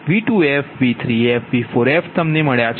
તેથી V1fV2fV3fV4f તમને મળ્યા છે